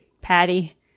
Patty